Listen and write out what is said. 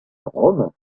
romain